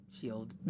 shield